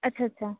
अच्छा अच्छा